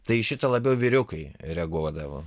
tai į šitą labiau vyriukai reaguodavo